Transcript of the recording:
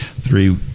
three